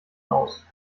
aus